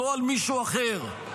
לא על מישהו אחר,